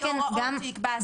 לפי הוראות שיקבע השר.